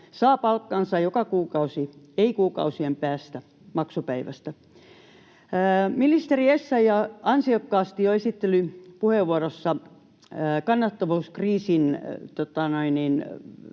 saa palkkansa joka kuukausi, ei kuukausien päästä maksupäivästä. Ministeri Essayah ansiokkaasti jo esittelypuheenvuorossa totesi kannattavuuskriisiin